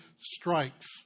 strikes